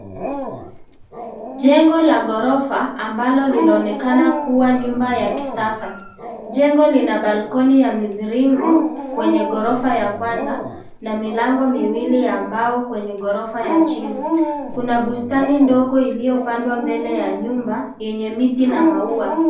Jendo la gorofa ambalo linaonekana kuwa nyumba ya kisasa. Jengo lina balkoni ya mviringo, kwenye gorofa ya kwanza, na milango miwili ya mbao kwenye gorofa ya chini. Kuna bustani ndogo iliyopandwa mbele ya nyumba yenye miti na mauwa.